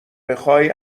بخای